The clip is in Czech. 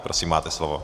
Prosím, máte slovo.